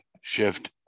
Shift